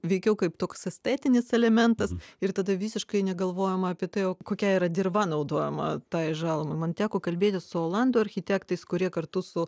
veikiau kaip toks estetinis elementas ir tada visiškai negalvojama apie tai o kokia yra dirva naudojama tai žalumai man teko kalbėtis su olandų architektais kurie kartu su